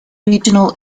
regional